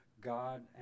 God